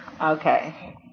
Okay